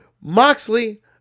moxley